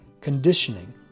conditioning